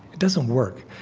it doesn't work.